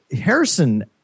Harrison